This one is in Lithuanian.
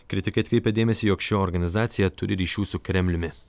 kritikai atkreipia dėmesį jog ši organizacija turi ryšių su kremliumi